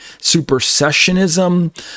supersessionism